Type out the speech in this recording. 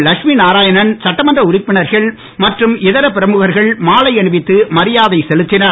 லட்சுமிநாராயணன் சட்டமன்ற உறுப்பினர்கள் மற்றும் இதர பிரமுகர்கள் மாலை அணிவித்து மரியாதை செலுத்தினர்